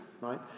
right